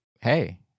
hey